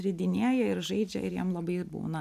ridinėja ir žaidžia ir jiem labai ir būna